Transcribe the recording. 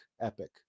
epic